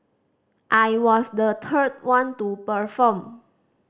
I was the third one to perform